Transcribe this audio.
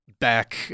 back